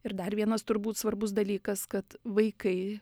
ir dar vienas turbūt svarbus dalykas kad vaikai